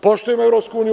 Poštujemo EU.